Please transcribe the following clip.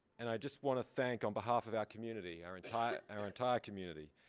and i just want to thank on behalf of our community our entire our entire community.